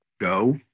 go